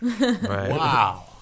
Wow